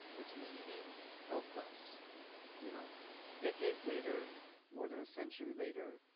that really helped us you know decades later more than a century later.